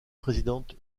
présidente